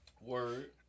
Word